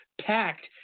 packed